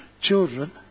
children